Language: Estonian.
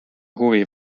huvi